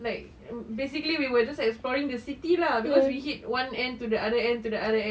like basically we were just exploring the city lah cause we hit one end to the other end to the other end